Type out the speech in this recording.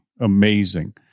amazing